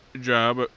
job